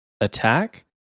attack